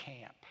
camp